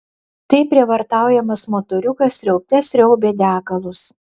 taip prievartaujamas motoriukas sriaubte sriaubė degalus